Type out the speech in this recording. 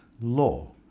law